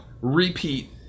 repeat